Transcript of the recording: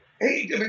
Hey